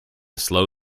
slow